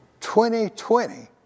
2020